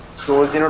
towards you know